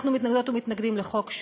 אנחנו מתנגדות ומתנגדים לחוק,